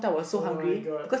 oh-my-god